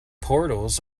portals